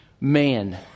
man